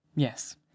Yes